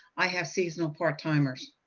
i have seasonal part-timers.